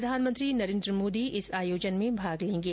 प्रधानमंत्री नरेन्द्र मोदी इस आयोजन में भाग लेंगे